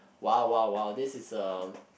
!wow! !wow! !wow! this is a